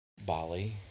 Bali